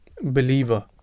believer